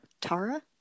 Tara